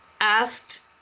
asked